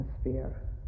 atmosphere